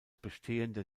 bestehenden